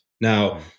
Now